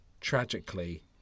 tragically